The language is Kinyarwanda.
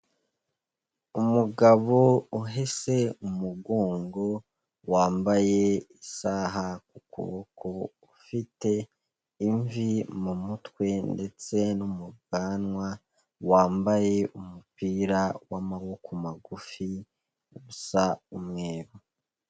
Umugabo uhese umugongo, wambaye isaha ku kuboko, ufite imvi mu mutwe ndetse no mu bwanwa, wambaye umupira w'amaboko magufi usa umweru.